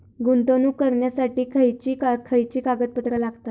गुंतवणूक करण्यासाठी खयची खयची कागदपत्रा लागतात?